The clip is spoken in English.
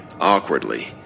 awkwardly